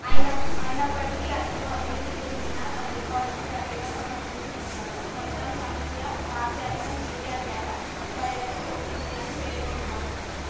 అయిన అయినప్పటికీ అతను అవినీతి గురించిన తన రికార్డును గట్టిగా సమర్థించుకున్నాడు మొత్తం సమస్య పాశ్చాత్య మీడియా ద్వారా బయటకు పొక్కింది అని పేర్కొన్నాడు